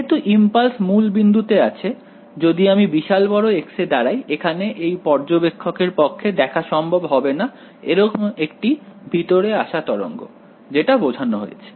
যেহেতু ইম্পালস মূল বিন্দুতে আছে যদি আমি বিশাল বড় x এ দাড়াই এখানে এই পর্যবেক্ষক এর পক্ষে দেখা সম্ভব হবে না এরকম একটি ভিতরে আসা তরঙ্গ যেটা বোঝানো হয়েছে